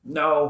no